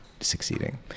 succeeding